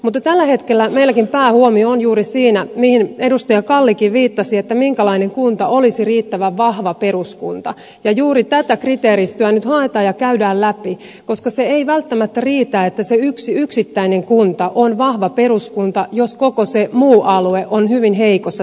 mutta tällä hetkellä meilläkin päähuomio on juuri siinä mihin edustaja kallikin viittasi minkälainen kunta olisi riittävän vahva peruskunta ja juuri tätä kriteeristöä nyt haetaan ja käydään läpi koska se ei välttämättä riitä että se yksi yksittäinen kunta on vahva peruskunta jos koko se muu alue on hyvin heikossa tilanteessa